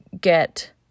get